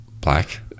Black